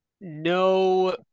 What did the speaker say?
no